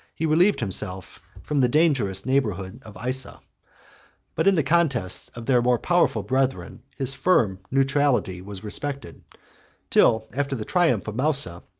he relieved himself from the dangerous neighborhood of isa but in the contests of their more powerful brethren his firm neutrality was respected till, after the triumph of mousa,